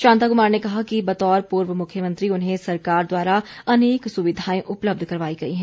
शांता कुमार ने कहा है कि बतौर पूर्व मुख्यमंत्री उन्हें सरकार द्वारा अनेक सुविधाएं उपलब्ध करवाई गई हैं